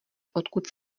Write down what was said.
odkud